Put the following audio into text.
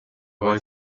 boy